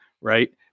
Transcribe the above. right